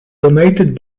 donated